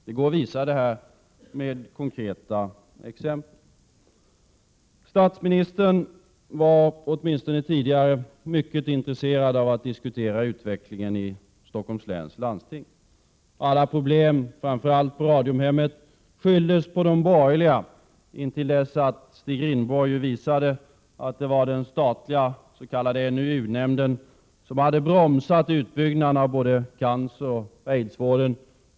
Det går att visa detta med konkreta exempel. Statsministern var åtminstone tidigare mycket intresserad av att diskutera utvecklingen inom Stockholms läns landsting. Alla problem, framför allt på Radiumhemmet, skylldes på de borgerliga till dess att Stig Rindborg visade att det var den statliga s.k. NUU-nämnden som hade bromsat utbyggnaden av både canceroch aidsvården.